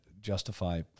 justify